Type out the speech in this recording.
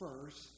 first